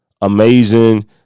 amazing